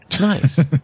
Nice